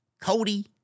Cody